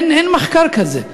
אין מחקר כזה.